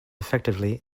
effectively